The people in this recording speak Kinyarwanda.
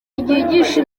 ryigisha